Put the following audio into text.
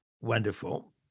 Wonderful